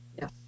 Yes